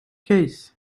keith